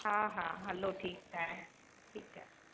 हा हा हलो ठीकु आहे ठीकु आहे